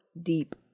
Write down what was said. deep